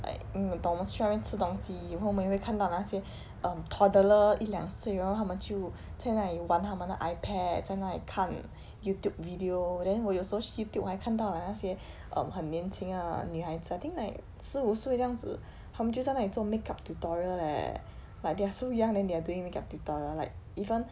like 你懂我们出去外面吃东西然后我们也会看到 like 那些 um toddler 一两岁然后他们就在那里玩他们的 ipad 在那里看 Youtube video then 我有时候去 Youtube 我还看到 like 那些 um 很年轻的女孩子 I think like 十五岁这样子她们就在那里做 make up tutorial leh like they are so young then they are doing make up tutorial like even